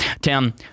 tim